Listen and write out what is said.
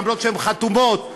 והן אף חתומות,